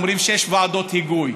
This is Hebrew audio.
אומרים שיש ועדות היגוי,